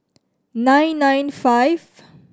nine nine five